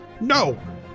No